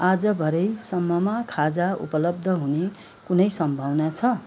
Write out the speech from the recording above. आज भरेसम्ममा खाजा उपलब्ध हुने कुनै सम्भावना छ